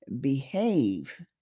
behave